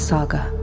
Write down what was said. Saga